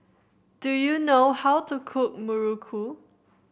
do you know how to cook muruku